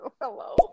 Hello